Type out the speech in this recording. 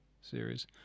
series